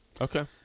Okay